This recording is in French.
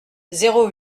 zéro